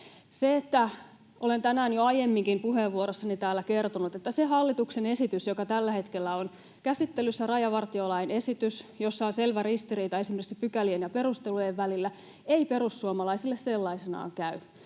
Olen tänään jo aiemminkin puheenvuorossani täällä kertonut, että se hallituksen esitys, joka tällä hetkellä on käsittelyssä — rajavartiolain esitys, jossa on selvä ristiriita esimerkiksi pykälien ja perustelujen välillä — ei perussuomalaisille sellaisenaan käy